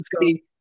see